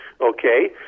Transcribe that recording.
okay